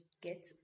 get